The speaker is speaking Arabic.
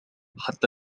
حتى